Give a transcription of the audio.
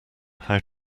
how